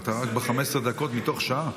ואתה רק ב-15 דקות מתוך שעה.